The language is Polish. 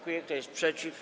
Kto jest przeciw?